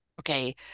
okay